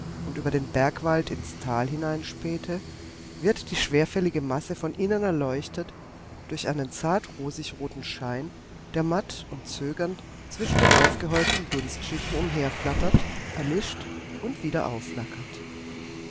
und über den bergwald ins tal hineinspähte wird die schwerfällige masse von innen erleuchtet durch einen zart rosigroten schein der matt und zögernd zwischen den aufgehäuften dunstschichten umherflattert erlischt und wieder